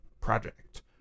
project